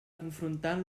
confrontant